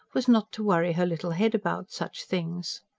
was not to worry her little head about such things.